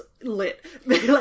lit